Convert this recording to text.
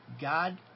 God